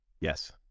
yes